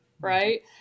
right